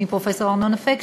פרופסור ארנון אפק,